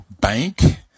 Bank